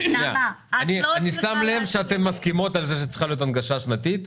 אני שם לב שאתן מסכימות על כך שצריכה להיות הנגשה שפתית.